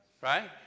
Right